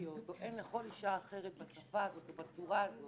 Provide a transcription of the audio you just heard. לח"כיות או הן לכל אישה אחרת בשפה הזאת או בצורה הזאת